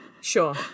Sure